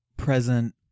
present